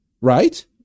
right